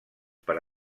per